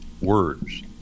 words